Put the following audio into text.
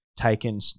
taken